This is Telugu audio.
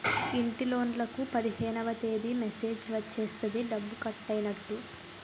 ఇంటిలోన్లకు పదిహేనవ తేదీ మెసేజ్ వచ్చేస్తది డబ్బు కట్టైనట్టు